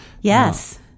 yes